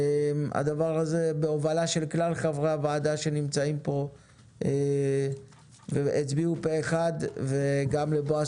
הדבר הזה בהובלה של כלל חברי הוועדה שנמצאים פה והצביעו פה אחד וגם לבועז